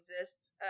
exists